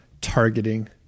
targeting